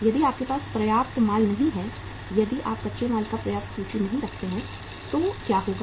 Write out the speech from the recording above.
यदि आपके पास पर्याप्त माल नहीं है यदि आप कच्चे माल की पर्याप्त सूची नहीं रखते हैं तो क्या होगा